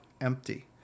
empty